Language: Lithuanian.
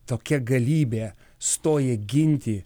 tokia galybė stoja ginti